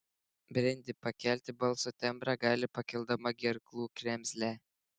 brendi pakelti balso tembrą gali pakeldama gerklų kremzlę